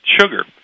sugar